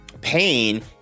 pain